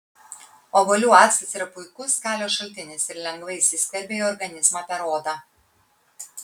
obuolių actas yra puikus kalio šaltinis ir lengvai įsiskverbia į organizmą per odą